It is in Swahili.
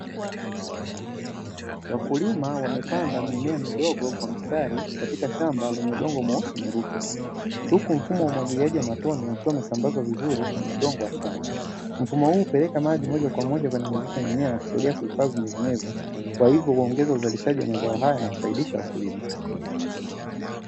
Wakulima wamepanda mimea midogo kwa msatri katika shamba lenye udongo mweusi wenye rutuba, huku mfumo wa umwagiliaji wa matone ukiwa umesambazwa vizuri kwenye udongo wa shamba, mfumo huu hupeleka maji moja kwa moja kwenye mizizi ya mimea na kusaidia kuhifadhi unyevunyevuu kwa hivyo huongeza uzalishaji wa mazao haya na kufaidisha wakulima.